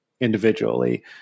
individually